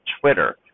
Twitter